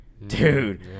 Dude